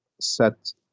set